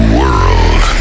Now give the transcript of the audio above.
world